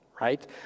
right